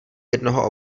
jednoho